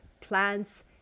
plants